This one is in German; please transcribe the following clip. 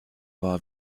war